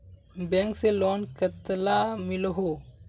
Bank से loan कतला मिलोहो?